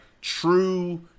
true